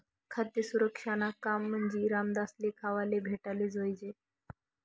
खाद्य सुरक्षानं काम म्हंजी समदासले खावाले भेटाले जोयजे